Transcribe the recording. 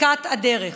בצדקת הדרך.